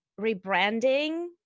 rebranding